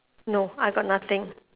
no I got nothing